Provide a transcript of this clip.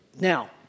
Now